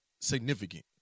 significant